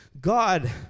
God